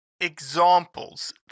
examples